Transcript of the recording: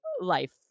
life